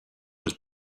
was